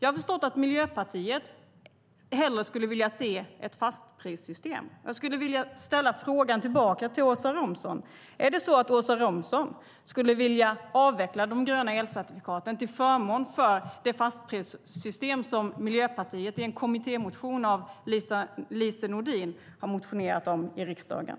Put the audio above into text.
Jag har förstått att Miljöpartiet hellre skulle vilja se ett fastprissystem, och jag skulle vilja ställa frågan tillbaka till Åsa Romson: Skulle Åsa Romson vilja avveckla de gröna elcertifikaten till förmån för det fastprissystem som Miljöpartiet i en kommittémotion av Lise Nordin har motionerat om i riksdagen?